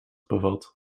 bevat